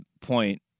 point